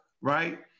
right